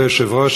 כבוד היושב-ראש,